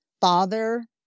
father